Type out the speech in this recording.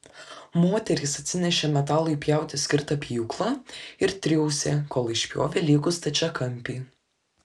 moterys atsinešė metalui pjauti skirtą pjūklą ir triūsė kol išpjovė lygų stačiakampį